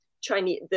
Chinese